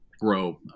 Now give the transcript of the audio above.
grow